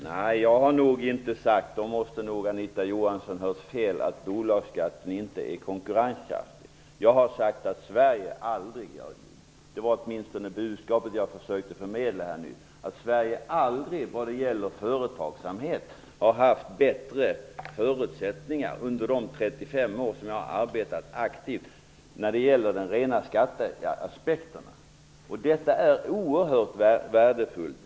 Herr talman! Anita Johansson måste ha hört fel. Jag har inte sagt att bolagsskatten inte är konkurrenskraftig. Jag sade att Sverige i fråga om företagsamhet inte någon gång under de 35 år som jag har arbetat aktivt har haft bättre förutsättningar när det gäller de rena skatteaspekterna; det var åtminstone det budskap som jag ville förmedla. Detta är oerhört värdefullt.